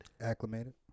acclimated